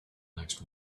next